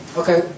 okay